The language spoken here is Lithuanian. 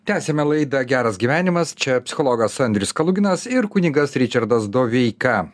tęsiame laidą geras gyvenimas čia psichologas andrius kaluginas ir kunigas ričardas doveika